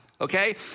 okay